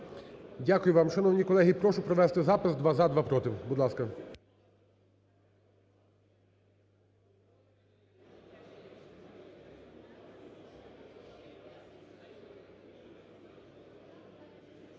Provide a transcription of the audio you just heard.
Дякую вам. Шановні колеги, прошу провести запис два – за, два – проти, будь ласка.